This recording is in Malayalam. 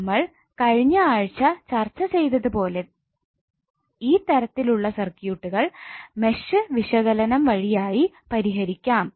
നമ്മൾ കഴിഞ്ഞ ആഴ്ച ചർച്ച ചെയ്തത് പോലെ ഈ തരത്തിലുള്ള സർക്യൂട്ടുകൾ മെഷ് വിശകലനം വഴിയായി പരിഹരിക്കാം